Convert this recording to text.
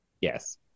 Yes